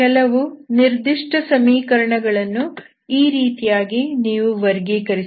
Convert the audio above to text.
ಕೆಲವು ನಿರ್ದಿಷ್ಟ ಸಮೀಕರಣಗಳನ್ನು ಈ ರೀತಿಯಾಗಿ ನೀವು ವರ್ಗೀಕರಿಸಬಹುದು